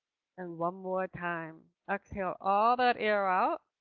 and one more time, exhale all that air out,